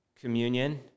communion